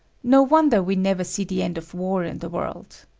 no wonder we never see the end of war in the world.